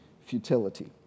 futility